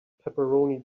pepperoni